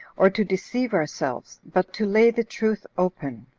or to deceive ourselves, but to lay the truth open.